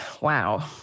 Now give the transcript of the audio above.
Wow